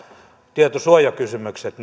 tietosuojakysymykset